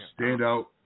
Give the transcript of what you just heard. standout